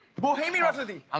bohemian rhapsody.